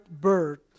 Bird